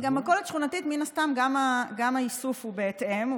במכולת שכונתית מן הסתם גם האיסוף הוא בהתאם,